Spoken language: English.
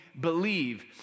believe